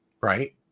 right